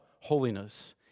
holiness